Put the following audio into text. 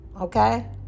okay